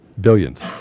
Billions